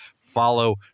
follow